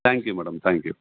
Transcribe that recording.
thank you madam thank you